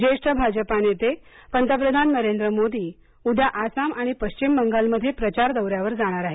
ज्येष्ठ भाजपा नेते पंतप्रधान नरेंद्र मोदी उद्या आसाम आणि पश्चिम बंगालमध्ये प्रचार दौऱ्यावर जाणार आहेत